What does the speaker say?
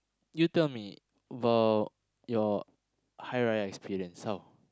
you tell me about your Hari Raya experience how